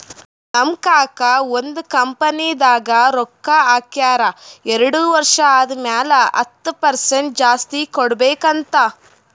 ನಮ್ ಕಾಕಾ ಒಂದ್ ಕಂಪನಿದಾಗ್ ರೊಕ್ಕಾ ಹಾಕ್ಯಾರ್ ಎರಡು ವರ್ಷ ಆದಮ್ಯಾಲ ಹತ್ತ್ ಪರ್ಸೆಂಟ್ ಜಾಸ್ತಿ ಕೊಡ್ಬೇಕ್ ಅಂತ್